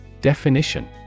Definition